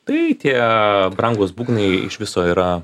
tai tie brangūs būgnai iš viso yra